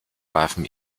warfen